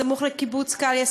סמוך לקיבוץ קליה,